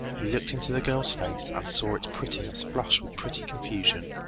he looked into the girl's face and saw its prettiness flush with pretty confusion,